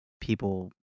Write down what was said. people